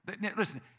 Listen